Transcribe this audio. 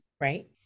Right